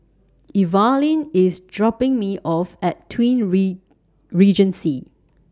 Evalyn IS dropping Me off At Twin re Regency